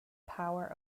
power